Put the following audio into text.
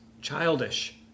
childish